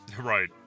Right